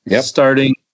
starting